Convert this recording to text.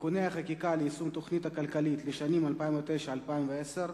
(תיקוני חקיקה ליישום התוכנית הכלכלית לשנים 2009 ו-2010).